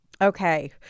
Okay